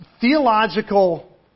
theological